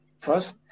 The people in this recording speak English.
first